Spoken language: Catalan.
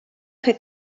fer